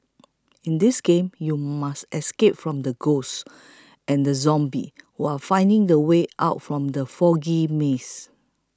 in this game you must escape from the ghosts and zombies while finding the way out from the foggy maze